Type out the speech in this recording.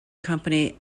company